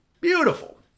beautiful